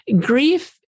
grief